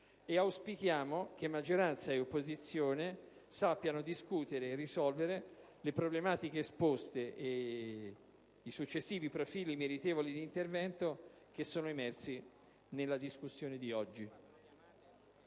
e auspichiamo che maggioranza e opposizione sappiano discutere e risolvere le problematiche esposte e i successivi profili meritevoli di intervento che sono emersi nella discussione di oggi.